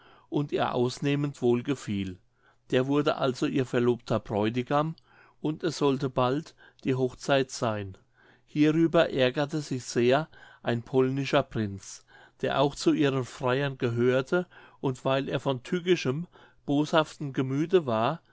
und ihr ausnehmend wohl gefiel der wurde also ihr verlobter bräutigam und es sollte bald die hochzeit seyn hierüber ärgerte sich sehr ein polnischer prinz der auch zu ihren freiern gehörte und weil er von tückischem boshaftem gemüthe war